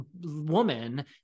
woman